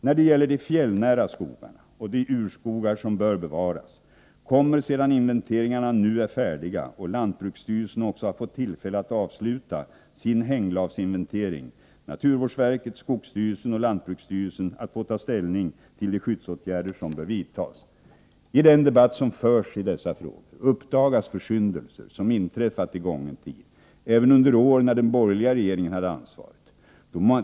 När det gäller de fjällnära skogarna och de urskogar som bör bevaras kommer — sedan inventeringarna nu är färdiga och lantbruksstyrelsen också har fått tillfälle att avsluta sin hänglavsinventering — naturvårdsverket, skogsstyrelsen och lantbruksstyrelsen att få ta ställning till de skyddsåtgärder som bör vidtas. I den debatt som förs i dessa frågor uppdagas försyndelser som inträffat i gången tid, även under år när den borgerliga regeringen hade ansvaret.